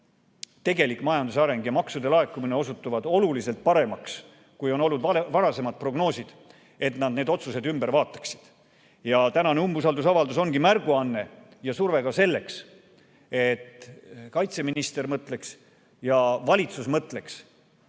tegelik majanduse areng ja maksude laekumine osutuvad oluliselt paremaks, kui on olnud varasemad prognoosid –, et nad need otsused ümber vaataksid. Tänane umbusaldusavaldus on märguanne ja surve ka selleks, et kaitseminister mõtleks ja valitsus mõtleks